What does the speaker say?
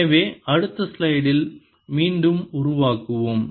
எனவே அடுத்த ஸ்லைடில் மீண்டும் உருவாக்குவோம்